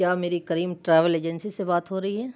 کیا میری Karim travel agency سے بات ہو رہی ہے